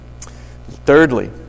Thirdly